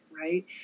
right